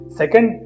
second